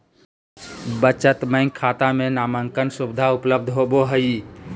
बचत बैंक खाता में नामांकन सुविधा उपलब्ध होबो हइ